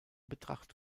betracht